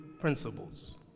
principles